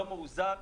לא מאוזן,